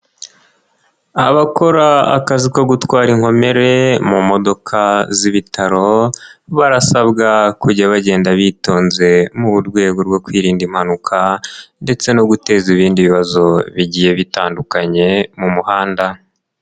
Abakora akazi ko gutwara inkomere mu modoka z'ibitaro barasabwa kujya bagenda bitonze mu rwego rwo kwirinda impanuka ndetse no guteza ibindi bibazo bigiye bitandukanye mu muhanda.